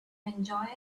enjoy